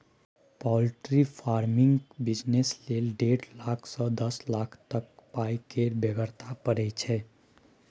poultry फार्मिंगक business लेल डेढ़ लाख सँ दस लाख तक पाइ केर बेगरता परय छै